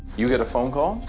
you had a phone call?